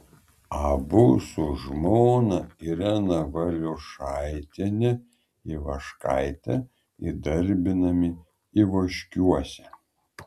abu su žmona irena valiušaitiene ivaškaite įdarbinami ivoškiuose